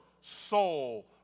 soul